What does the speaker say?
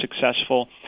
successful